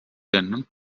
then